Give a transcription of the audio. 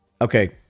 Okay